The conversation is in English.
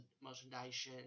merchandise